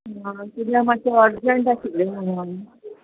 आ किद्या मात्शें अर्जंट आशिल्लें म्होणोन